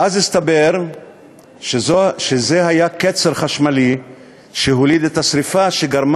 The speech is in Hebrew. ואז הסתבר שזה היה קצר חשמלי שהוליד את השרפה שגרמה